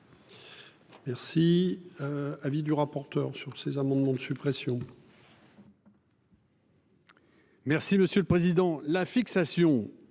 Merci. Avis du rapporteur sur ces amendements de suppression.